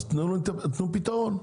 תנו פתרון.